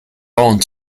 bauern